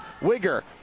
Wigger